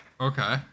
Okay